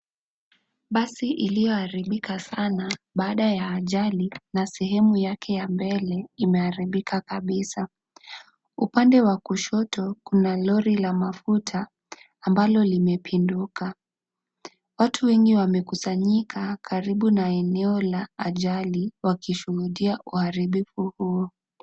Basi iliyoharibika sana baada ya ajali na sehemu yake ya mbele imeharibika kabisa. Upande wa kushoto kuna lori la mafuta ambalo limepinduka. Watu wengi wamekusanyika karibu na eneo la ajali wakishuhudia uharibifu huo.